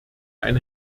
ein